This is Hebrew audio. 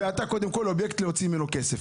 ואתה אובייקט להוציא ממנו כסף.